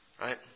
Right